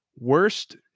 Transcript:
worst